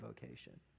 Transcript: vocation